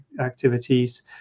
activities